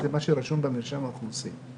הכוונה היא למה שרשום במרשם האוכלוסין.